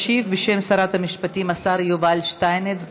ישיב, בשם שרת המשפטים, השר יובל שטייניץ.